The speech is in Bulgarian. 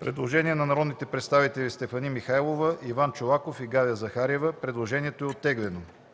Предложение на народните представители Стефани Михайлова, Иван Чолаков и Галя Захариева. Предложението е оттеглено.